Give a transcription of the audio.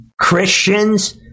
Christians